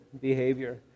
behavior